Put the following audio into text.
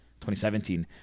2017